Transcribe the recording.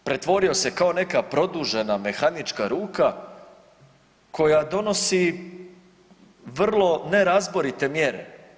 Pretvorio se kao neka produžena mehanička ruka koja donosi vrlo nerazborite mjere.